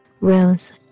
rose